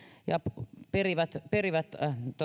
ja perivät perivät